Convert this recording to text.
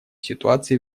ситуации